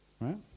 Right